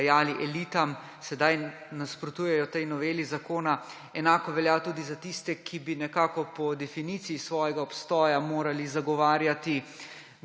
dajali elitam, sedaj nasprotujejo tej noveli zakona. Enako velja tudi za tiste, ki bi nekako po definiciji svojega obstoja morali zagovarjati